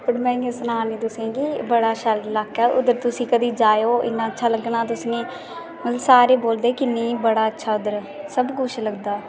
बैसे में तुसेंगी सनानी की बड़ा शैल लाका ऐ उद्धर तुस कदें जायो इन्ना शैल लग्गना तुसेंगी ते नेईं सारे बोल्लदे की नेईं सारा उद्धर सबकुछ लगदा ऐ